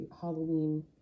Halloween